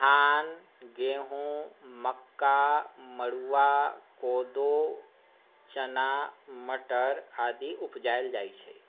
धान गेहूँ मक्का मरुआ कोदो चना मटर आदि उपजाओल जाइत छै